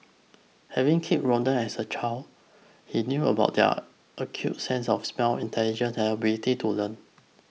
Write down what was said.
having kept rodents as a child he knew about their acute sense of smell intelligence and ability to learn